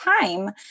time